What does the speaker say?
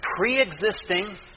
pre-existing